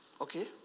okay